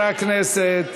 אדוני השר,